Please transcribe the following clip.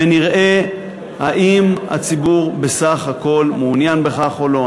ונראה אם הציבור בסך הכול מעוניין בכך או לא.